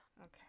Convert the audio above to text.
Okay